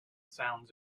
sounds